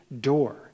door